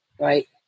right